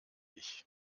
ich